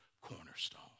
cornerstone